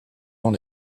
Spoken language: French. dans